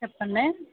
చెప్పండి